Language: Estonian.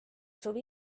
asuv